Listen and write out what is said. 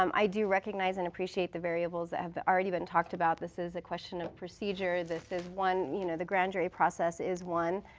um i do recognize and appreciate the variables that have already been talked about. this is a question of procedure. this is one you know the grand jury process is one,